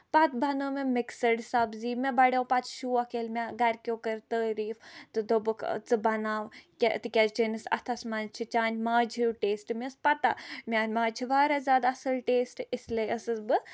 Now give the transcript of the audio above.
پَتہٕ بَنٲو مےٚ مِکسٕڈ سَبزی مےٚ بَڑیو پَتہٕ شوق ییٚلہِ مےٚ گرِ کیو کٔر تعٲریٖف تہٕ دوٚپُکھ ژٕ بَناو تِکیازِ چٲنِس اَتھس منٛز چھ چانہِ ماجہِ ہیوٗ ٹیسٹ مےٚ ٲسۍ پَتہ میانہِ ماجہِ چھ واریاہ زیادٕ اَصٕل ٹیسٹ اس لیے ٲسٕس بہٕ